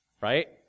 Right